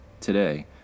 Today